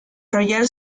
royal